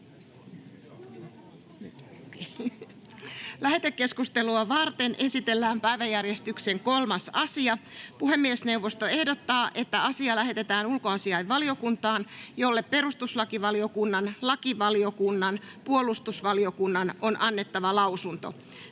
Lähetekeskustelua varten esitellään päiväjärjestyksen 3. asia. Puhemiesneuvosto ehdottaa, että asia lähetetään ulkoasiainvaliokuntaan, jolle perustuslakivaliokunnan, lakivaliokunnan ja puolustusvaliokunnan on annettava lausunto.